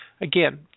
again